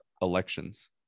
Elections